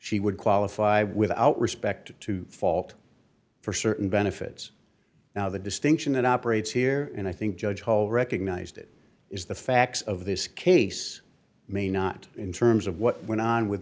she would qualify without respect to fault for certain benefits now the distinction it operates here and i think judge paul recognized it is the facts of this case may not in terms of what went on with